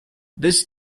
this